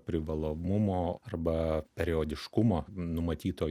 privalomumo arba periodiškumo numatyto